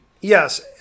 Yes